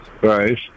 Right